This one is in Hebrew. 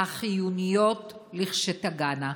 החיוניות לכשתגענה?